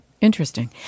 Interesting